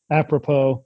apropos